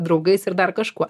draugais ir dar kažkuo